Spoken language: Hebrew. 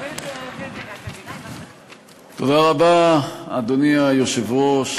תודה רבה, אדוני היושב-ראש.